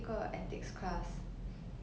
um 我们每个人